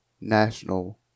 National